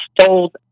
stole